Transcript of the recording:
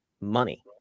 money